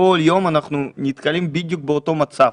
כל יום אנחנו נתקלים בדיוק באותו מצב,